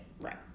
Right